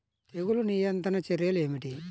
తెగులు నియంత్రణ చర్యలు ఏమిటి?